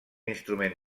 instrument